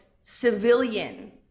civilian